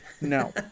No